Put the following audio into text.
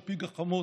על פי גחמות,